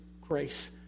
grace